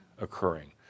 occurring